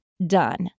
Done